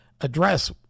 address